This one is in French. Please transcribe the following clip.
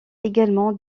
également